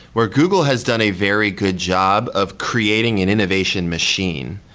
where google has done a very good job of creating an innovation machine,